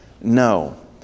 No